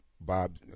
Bob